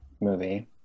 movie